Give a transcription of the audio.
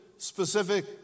Specific